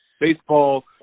baseball